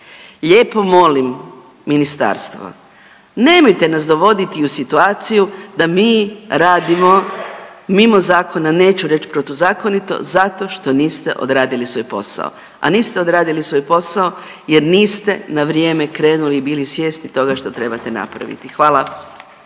lijepo molim Ministarstvo, nemojte nas dovoditi u situaciju da mi radimo mimo zakona, neću reći protuzakonito zato što niste odradili svoj posao, a niste odradili svoj posao jer niste na vrijeme krenuli i bili svjesni toga što trebate napraviti. Hvala.